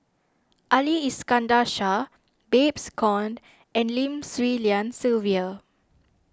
Ali Iskandar Shah Babes Conde and Lim Swee Lian Sylvia